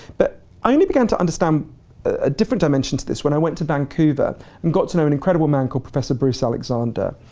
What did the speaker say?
but i only began to understand a different dimension to this when i went to vancouver and got to know an incredible man called professor bruce alexander,